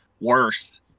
worse